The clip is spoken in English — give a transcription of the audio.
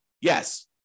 Yes